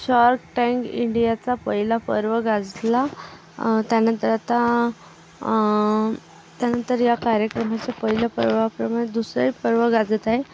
shark tank इंडियाचा पहिला पर्व गाजला त्यानंतर आता त्यानंतर ह्या कार्यक्रमाच्या पहिल्या पर्वाप्रमाणे दुसरे पर्व गाजत आहे